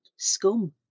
Scum